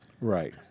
Right